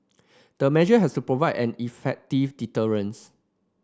the measure has provide an effective deterrents